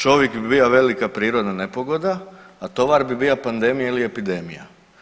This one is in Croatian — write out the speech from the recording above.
Čovjek bi bija velika prirodna nepogoda, a tovar bi bija pandemija ili epidemija.